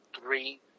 three